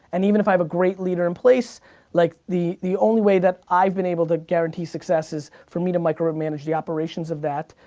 and even if i have a great leader in place like the the only way that i've been able to guarantee success is for me to micro-manage the operations of that.